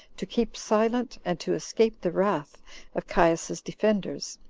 to keep silent, and to escape the wrath of caius's defenders,